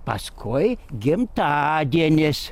paskui gimtadienis